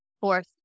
fourth